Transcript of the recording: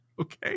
Okay